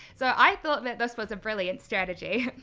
so i thought that this was a brilliant strategy.